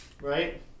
right